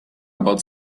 about